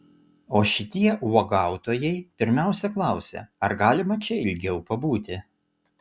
o šitie uogautojai pirmiausia klausia ar galima čia ilgiau pabūti